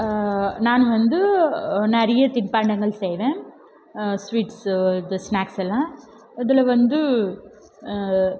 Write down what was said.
நான் வந்து நிறைய தின்பண்டங்கள் செய்வேன் ஸ்வீட்சு இந்த ஸ்நாக்ஸ் எல்லாம் இதில் வந்து